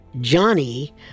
Johnny